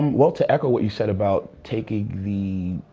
well to echo what you said about taking the